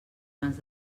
abans